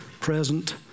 present